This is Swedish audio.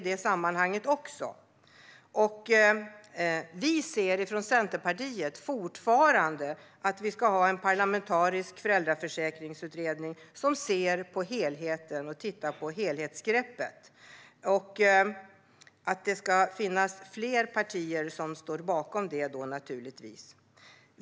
Centerpartiet vill fortfarande ha en parlamentarisk föräldraförsäkringsutredning som ser på helheten och tar ett helhetsgrepp, och givetvis ska fler partier stå bakom det.